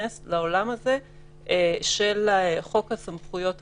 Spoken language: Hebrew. שניכנס לעולם של חוק הסמכויות המיוחדות,